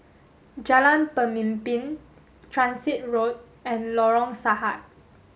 Jalan Pemimpin Transit Road and Lorong Sahad